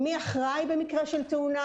מי אחראי במקרה של תאונה,